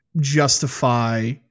justify